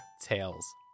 tales